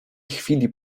chwili